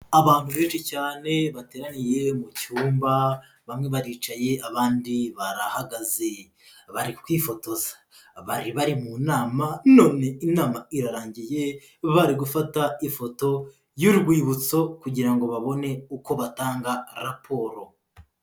Abantu benshi cyane bateraniye mu cyumba, bamwe baricaye abandi barahagaze, bari kwifotoza. Bari bari mu nama none inama irarangiye bari gufata ifoto y'urwibutso kugira ngo babone uko batanga raporo.